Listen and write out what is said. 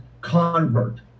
convert